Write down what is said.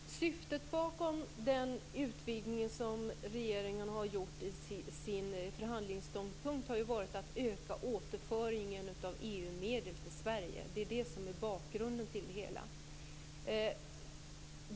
Fru talman! Syftet bakom den utvidgning som regeringen har gjort i sin förhandlingsståndpunkt har varit att öka återföringen av EU-medel till Sverige. Det är det som är bakgrunden.